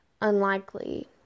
unlikely